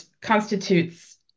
constitutes